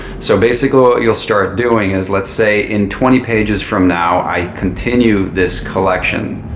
so basically what you'll start doing is let's say in twenty pages from now, i continue this collection.